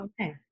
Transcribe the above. Okay